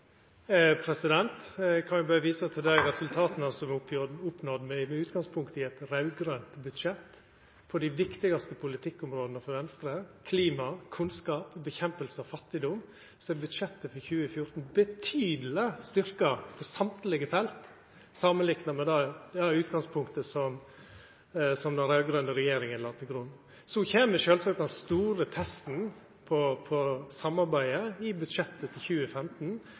kan berre visa til dei resultata som blei oppnådd med utgangspunkt i eit raud-grønt budsjett. Når det gjeld dei viktigaste politikkområda for Venstre, klima, kunnskap og kampen mot fattigdom, er budsjettet for 2014 betydeleg styrkt på alle felt, samanlikna med det utgangspunktet som den raud-grøne regjeringa la til grunn. Den store testen på samarbeidet kjem i budsjettet for 2015,